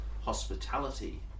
hospitality